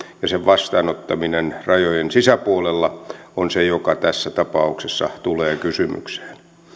ja sen vastaanottaminen rajojen sisäpuolella on se joka tässä tapauksessa tulee kysymykseen